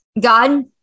God